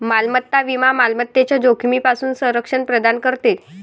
मालमत्ता विमा मालमत्तेच्या जोखमीपासून संरक्षण प्रदान करते